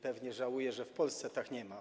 Pewnie żałuje, że w Polsce tak nie jest.